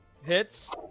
Hits